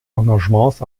engagements